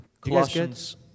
Colossians